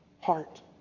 heart